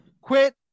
quit